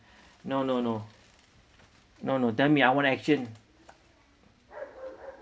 no no no no no tell me I want action